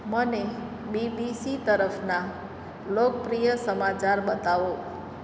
મને B B C તરફનાં લોકપ્રિય સમાચાર બતાવો